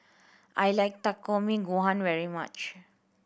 I like Takikomi Gohan very much